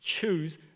choose